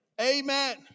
Amen